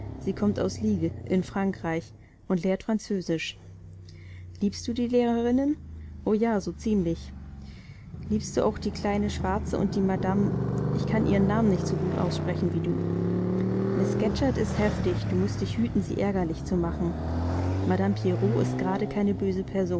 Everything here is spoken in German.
sie kommt aus lisle in frankreich und lehrt französisch liebst du die lehrerinnen o ja so ziemlich liebst du auch die kleine schwarze und die madame ich kann ihren namen nicht so gut aussprechen wie du miß scatcherd ist heftig du mußt dich hüten sie ärgerlich zu machen madame pierrot ist gerade keine böse